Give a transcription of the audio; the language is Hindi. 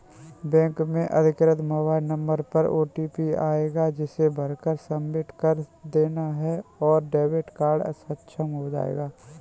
बैंक से अधिकृत मोबाइल नंबर पर ओटीपी आएगा जिसे भरकर सबमिट कर देना है और डेबिट कार्ड अक्षम हो जाएगा